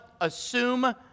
assume